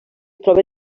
troba